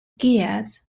gears